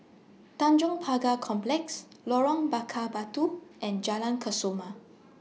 Tanjong Pagar Complex Lorong Bakar Batu and Jalan Kesoma